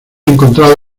encontrado